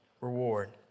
reward